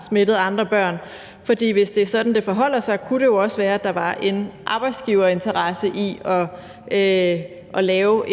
smittet andre børn. For hvis det er sådan, det forholder sig, kunne det jo også være, at der var en arbejdsgiverinteresse i at lave